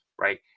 right